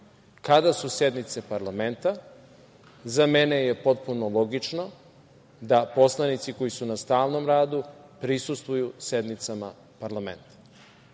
Kada su sednice parlamenta, za mene je potpuno logično da poslanici koji su na stalnom radu prisustvuju sednicama parlamenta,